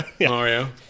Mario